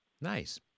nice